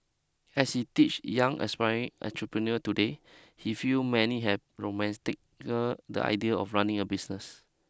as he teaches young aspiring entrepreneur today he feel many have romanticised the idea of running a business